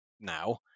now